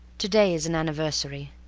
to-day is an anniversary.